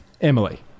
Emily